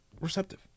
Receptive